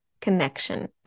Connection